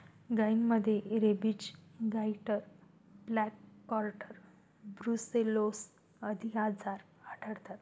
गायींमध्ये rabies, goitre, black quarter, brucellosis आदी आजार आढळतात